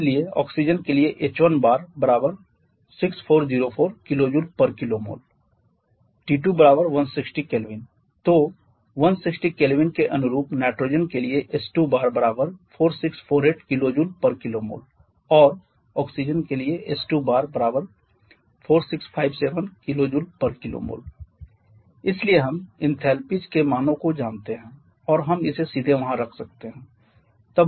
इसलिए ऑक्सीजन के लिए h1 6404 kJkmol T2 160 K तो 160 K के अनुरूप नाइट्रोजन के लिए h2 4648 kJkmol और ऑक्सीजन के लिए h2 4657 kJkmol इसलिए हम इनथैलेपीज़ के मानो को जानते हैं और हम इसे सीधे वहाँ रख सकते हैं